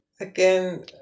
again